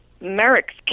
Merrick's